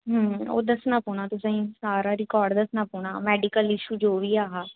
ओह् दस्सना पौना ऐ तुसें गी सारा रिकार्ड दस्सना पौना ऐ मेडीकल इशू जो बी ऐ हा